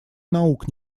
наук